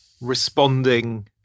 responding